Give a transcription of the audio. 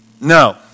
No